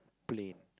plane